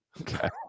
Okay